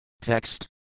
Text